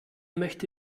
möchte